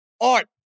Art